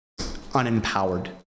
unempowered